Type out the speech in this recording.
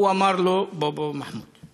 הוא אמר לו: בוא, בוא מחמוד.